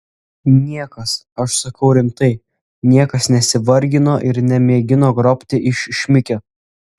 niekas aš sakau rimtai niekas nesivargino ir nemėgino grobti iš šmikio